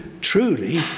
truly